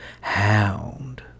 hound